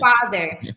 father